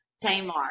Tamar